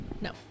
No